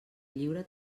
lliure